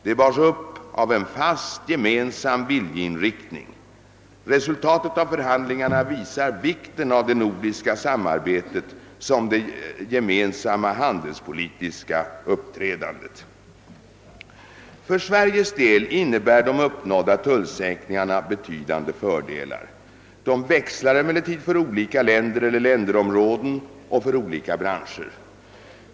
Det bars upp av en fast gemensam viljeinriktning. Resultatet av förhandlingarna visar vikten av det nordiska samarbetet och det gemensamma handelspolitiska uppträdandet. För Sveriges del innebär de uppnådda tullsänkningarna betydande fördelar. De växlar emellertid för olika länder eller länderområden och för olika branscher.